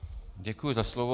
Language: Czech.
Děkuji za slovo.